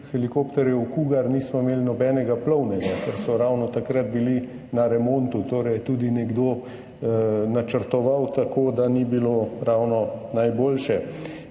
helikopterjev Cougar, nismo imeli nobenega plovnega, ker so ravno takrat bili na remontu. Torej je tudi nekdo načrtoval tako, da ni bilo ravno najboljše.